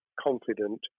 confident